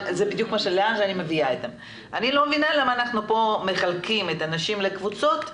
אני לא מבינה למה אנחנו פה מחלקים את הנשים לקבוצות,